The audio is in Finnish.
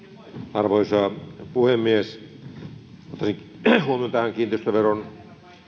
arvoisa puhemies kiinnittäisin huomion tähän kiinteistöveron